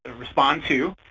ah respond to.